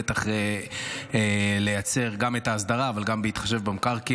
בטח לייצר גם את האסדרה אבל גם בהתחשב במקרקעין,